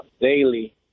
daily